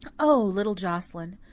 o, little joscelyn!